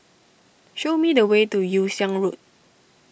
show me the way to Yew Siang Road